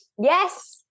yes